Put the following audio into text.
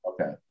Okay